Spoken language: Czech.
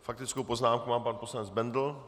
Faktickou poznámku má pan poslanec Bendl.